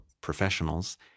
professionals